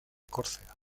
córcega